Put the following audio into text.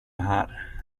här